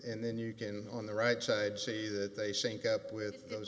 and then you can on the right side say that they sync up with those